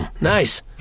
nice